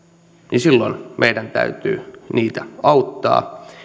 niin silloin meidän täytyy heitä auttaa